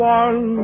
one